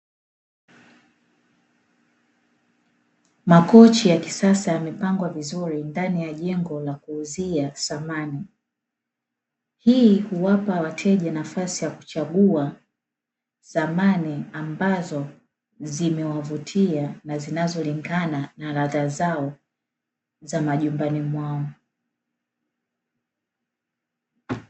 Makochi ya kisasa yamepangwa vizuri ndani ya jengo la kuuzia samani, hii huwapa wateja nafasi ya kuchagua samani ambazo zimewavutia na zinazolingana na ladha zao, za majumbani mwao.